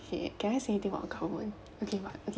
okay can I say anything about the government okay but okay